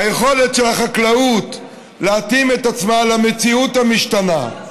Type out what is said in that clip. היכולת של החקלאות להתאים את עצמה למציאות המשתנה,